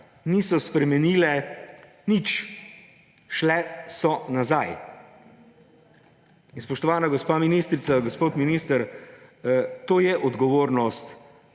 niso spremenile nič ‒ šle so nazaj. Spoštovana gospa ministrica, gospod minister, to je odgovornost